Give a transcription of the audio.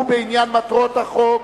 בעניין מטרות החוק.